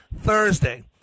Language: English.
Thursday